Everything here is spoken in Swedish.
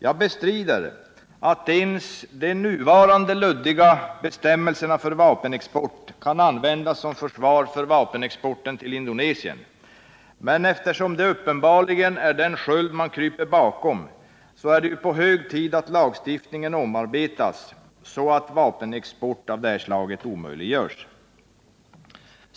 Jag bestrider att ens de nuvarande luddiga bestämmelserna för vapenexport kan användas som försvar för vapenexporten till Indonesien, men eftersom dessa uppenbarligen utgör den sköld man kryper bakom är det hög tid att lagstiftningen omarbetas, så att vapenexport av det här slaget omöjliggörs.